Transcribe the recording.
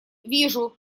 вижу